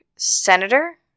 senator